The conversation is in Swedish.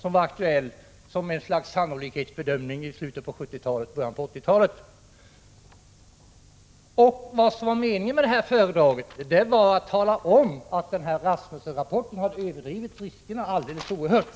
Den var aktuell som ett slags sannolikhetsbedömning i slutet på 1970-talet och början på 1980-talet. Meningen med Evelyn Sokolowskis föredrag var att tala om att Rasmussen-rapporten hade överdrivit riskerna alldeles oerhört.